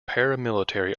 paramilitary